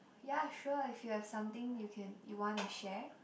yeah sure if you have something you can you wanna share